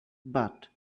but